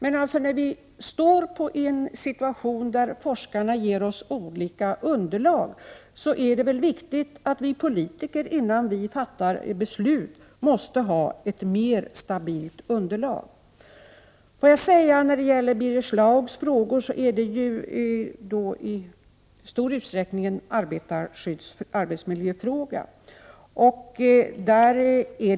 Då vi befinner oss i en situation där forskarna lämnar oss olika underlag är det viktigt att vi politiker har ett mer stabilt underlag, innan vi fattar beslut. Birger Schlaugs frågor är i stor utsträckning arbetsmiljöfrågor.